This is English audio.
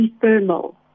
thermal